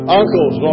uncles